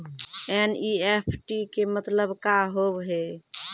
NEFT के मतलब का होव हेय?